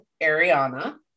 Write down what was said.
Ariana